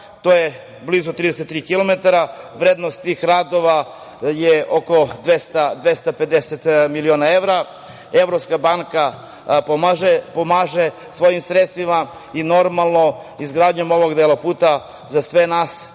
to je blizu 33 kilometra. Vrednost tih radova je oko 200, 250 miliona evra. Evropska banka pomaže svojim sredstvima i normalno, izgradnjom ovog dela puta, za sve nas to